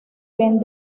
ven